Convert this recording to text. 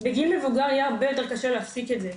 בגיל מבוגר יהיה הרבה יותר קשה להפסיק את זה.